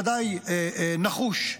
ודאי נחוש,